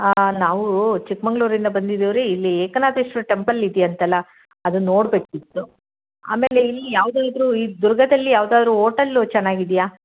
ಹಾಂ ನಾವು ಚಿಕ್ಕಮಗಳೂರಿಂದ ಬಂದಿದ್ದೀವಿ ರಿ ಇಲ್ಲಿ ಏಕನಾಥೇಶ್ವರ ಟೆಂಪಲ್ ಇದೆಯಂತಲ್ಲ ಅದನ್ನು ನೋಡಬೇಕಿತ್ತು ಆಮೇಲೆ ಇಲ್ಲಿ ಯಾವುದೇ ಇದ್ದರೂ ಈ ದುರ್ಗದಲ್ಲಿ ಯಾವುದಾದ್ರೂ ಹೋಟಲ್ಲು ಚೆನ್ನಾಗಿದೆಯಾ